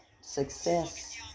success